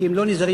כי הם לא נזהרים.